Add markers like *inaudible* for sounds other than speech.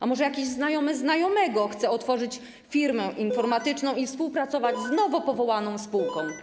A może jakiś znajomy znajomego chce otworzyć firmę informatyczną *noise* i chce współpracować z nowo powołaną spółką?